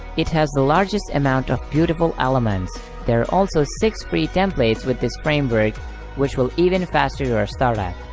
it has the largest amount of beautiful elements. there are also six free templates with this framework which will even faster your startup.